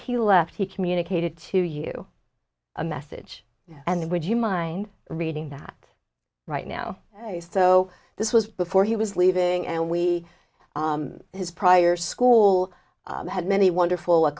he left he communicated to you a message and would you mind reading that right now so this was before he was leaving and we his prior school had many wonderful